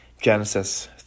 Genesis